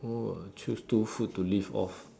oh choose two food to live off